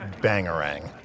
Bangarang